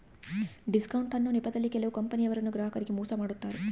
discount ಅನ್ನೊ ನೆಪದಲ್ಲಿ ಕೆಲವು ಕಂಪನಿಯವರು ಗ್ರಾಹಕರಿಗೆ ಮೋಸ ಮಾಡತಾರೆ